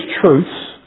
truths